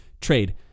trade